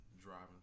driving